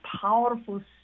powerful